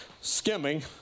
skimming